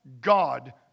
God